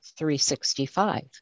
365